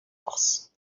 boss